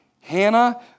Hannah